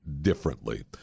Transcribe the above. differently